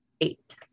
eight